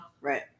right